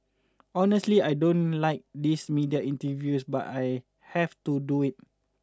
honestly I don't like these media interviews but I have to do it